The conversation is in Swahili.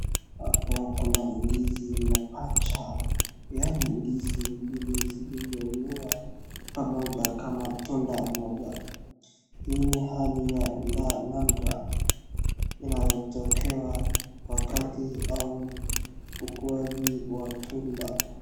Hapo kuna ndizi mapacha, yaani ndizi mbili zilizomea pamoja kama tunda moja. Hii ni hali ya nadra inayotokea wakati au ukuaji wa tunda.